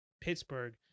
Pittsburgh